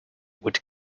would